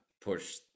push